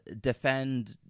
defend